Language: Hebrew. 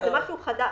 זה משהו חדש.